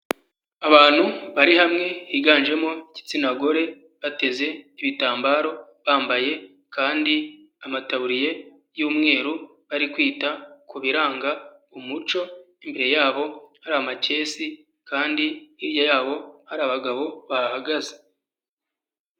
Abantu bari hamwe higanjemo igitsina gore, bateze ibitambaro, bambaye kandi amataburiye y'umweru, barikwita kubiranga umuco, imbere yabo hari amakesi kandi hirya yabo hari abagabo bahahagaze.